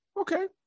Okay